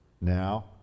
now